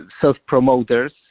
self-promoters